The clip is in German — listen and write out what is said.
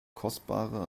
kostbare